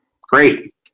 Great